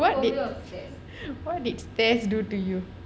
what did stairs do to you